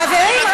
חברים,